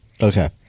Okay